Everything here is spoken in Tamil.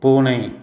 பூனை